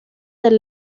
del